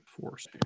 Force